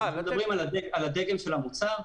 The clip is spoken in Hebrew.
מדברים על הדגם של המוצר.